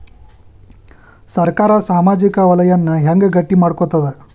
ಸರ್ಕಾರಾ ಸಾಮಾಜಿಕ ವಲಯನ್ನ ಹೆಂಗ್ ಗಟ್ಟಿ ಮಾಡ್ಕೋತದ?